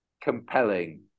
compelling